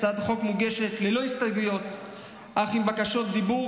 הצעת החוק מוגשת ללא הסתייגויות אך עם בקשות רשות דיבור,